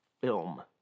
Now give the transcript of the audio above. film